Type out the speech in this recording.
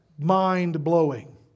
mind-blowing